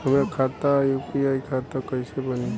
हमार खाता यू.पी.आई खाता कईसे बनी?